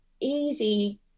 easy